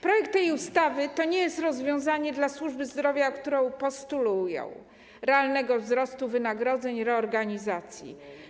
Projekt tej ustawy to nie jest rozwiązanie dla służby zdrowia, która postuluje realny wzrost wynagrodzeń i reorganizację.